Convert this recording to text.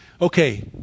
Okay